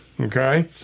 Okay